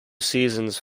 seasons